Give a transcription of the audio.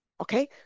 okay